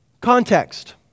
Context